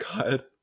God